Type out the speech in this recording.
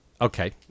Okay